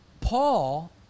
Paul